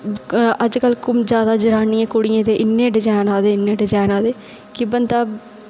की अज्जकल जनानियें कुड़ियें दे इन्ने डिजाईन आये दे इन्ने डिजाईन आये दे की बंदा